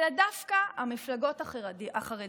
אלא דווקא המפלגות החרדיות.